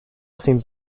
seems